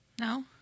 No